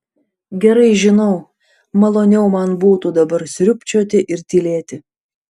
gerai žinau maloniau man būtų dabar sriubčioti ir tylėti